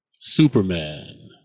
Superman